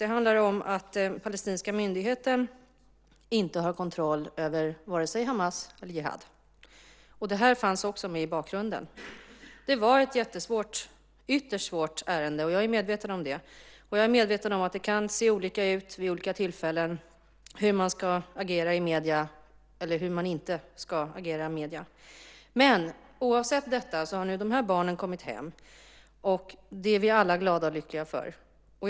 Det handlar om att den palestinska myndigheten inte har kontroll över vare sig Hamas eller Jihad. Det här fanns också med i bakgrunden. Det var ett ytterst svårt ärende. Jag är medveten om det. Jag är också medveten om att det kan se olika ut vid olika tillfällen när det gäller hur man ska agera, eller hur man inte ska agera, i medierna. Oavsett detta har de här barnen nu kommit hem, och det är vi alla glada och lyckliga över.